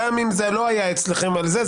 גם אם זה לא היה אצלכם על זה,